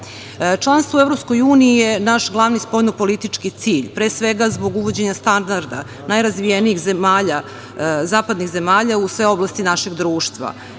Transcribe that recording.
regionu. Članstvo u EU je naš glavni spoljno-politički cilj, pre svega zbog uvođenja standarda najrazvijenijih zapadnih zemalja u sve oblasti našeg društva